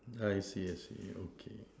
I see I see okay